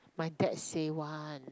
my dad say one